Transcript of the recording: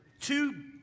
two